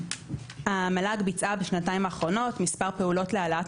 המל"ג ביצעה בשנתיים האחרונות פעולות להעלאת